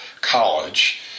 college